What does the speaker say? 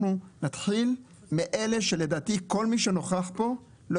אנחנו נתחיל מאלה כל מי שנוכח פה לא